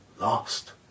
lost